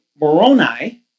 Moroni